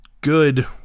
good